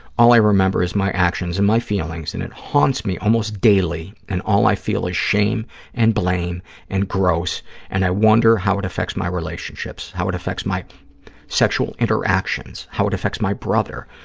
all i remember is my actions and my feelings, and it haunts me almost daily and all i feel is shame and blame and gross and i wonder how it affects my relationships, how it affects my sexual interactions, how it affects my brother,